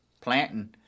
planting